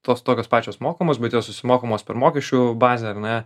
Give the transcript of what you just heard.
tos tokios pačios mokamos bet jos susimokamos per mokesčių bazę ar ne